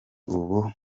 ubu